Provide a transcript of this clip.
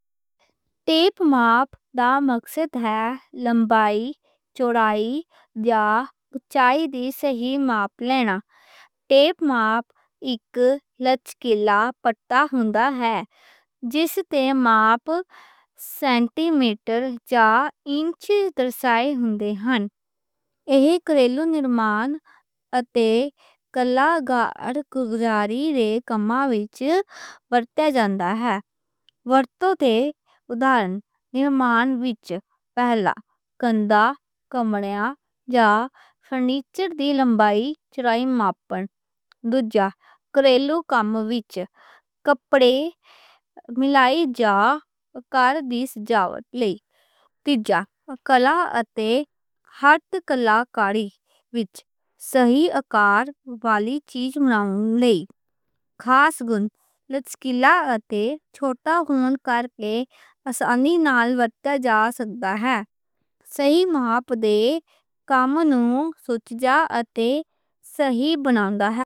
ٹیپ ماپ دا مقصد لمبائی، چوڑائی جا اوچائی دی صحیح ماپ لینا ہے۔ ٹیپ ماپ اک کومل پٹّا ہوندا ہے، جس تے ماپ سینٹی میٹر جا انچ دِکھائے ہندے ہن۔ ایہہ گھریلو نرمان اتے کلاکاری دے کمّا وچ ورتیا جاندا ہے۔ ورتوں تے ادھارن نرمان وچ پہلا کندا، کم یا فرنیچر دی لمبائی چوڑائی ماپݨ۔ دوجھا گھریلو کم وچ کپڑے ملاؤ جا اکّار دی سجاوٹ لئی۔ تیجھا کلا اتے ہاتھ کلاکاری وچ صحیح اکّار والی چیز ملاؤن لئی۔ خاص گُن کومل اتے چھوٹا ہون کرکے آسانی نال ورتیا جا سکدا ہے۔ صحیح ماپ دے کمّاں نوں سچجا اتے صحیح بنانا ہے۔